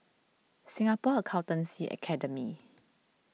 Singapore Accountancy Academy